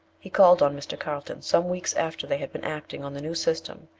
he called on mr. carlton, some weeks after they had been acting on the new system,